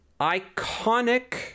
iconic